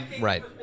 Right